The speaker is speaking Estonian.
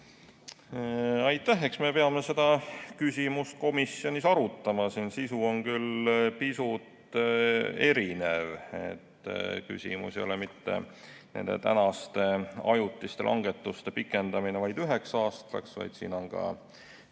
Aitäh! Eks me peame seda küsimust komisjonis arutama. Siin sisu on küll pisut erinev, küsimus ei ole mitte ainult nende ajutiste langetuste pikendamises üheks aastaks, vaid siin on ka